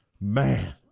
Man